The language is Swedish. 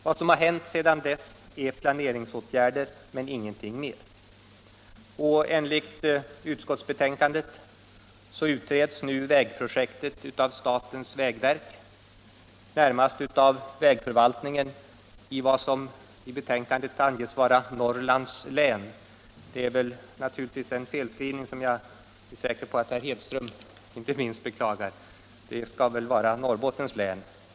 Vad som hänt sedan dess är att man vidtagit planeringsåtgärder men ingenting mer. Enligt utskottsbetänkandet utreds nu vägprojektet av statens vägverk, närmast vägförvaltningen i vad som i betänkandet anges vara Norrlands län — det är naturligtvis en felskrivning, som jag är säker på att inte minst herr Hedström beklagar; det skall väl vara Norrbottens län.